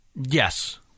Yes